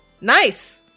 nice